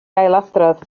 ailadrodd